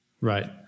Right